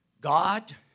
God